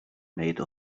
made